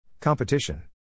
Competition